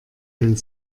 den